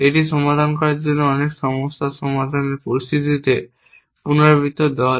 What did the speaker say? এটি সমাধান করার জন্য অনেক সমস্যা সমাধানের পরিস্থিতিতে পুনরাবৃত্ত দল